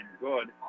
good